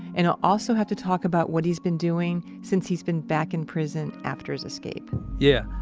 and he'll also have to talk about what he's been doing since he's been back in prison after his escape yeah.